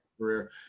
career